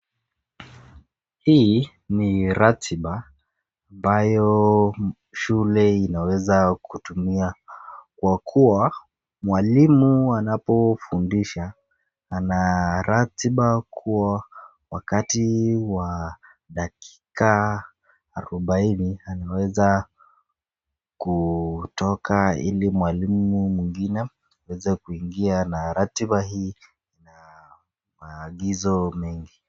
Hii ni ratiba ambayo shule inaweza kutumia kwa kuwa mwalimu wanapofundisha ana ratiba kuwa wakati wa dakika arubaini anaweza kutoka ili mwalimu mwingine aweze kuingia na ratiba hii ina maagizo mengi.